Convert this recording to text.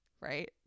right